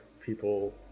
people